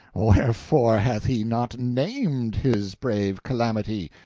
wherefore hath he not named his brave calamity?